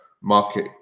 market